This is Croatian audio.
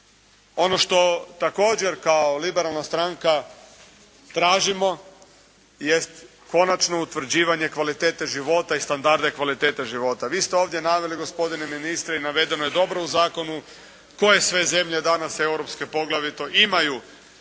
Ono što također kao Liberalna stranka tražimo jest konačno utvrđivanje kvalitete života i standarda i kvalitete života. Vi ste ovdje naveli gospodine ministre i navedeno je dobro u Zakonu koje sve zemlje danas Europske poglavito imaju